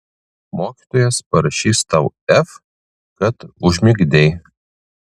mokytojas parašys tau f kad užmigdei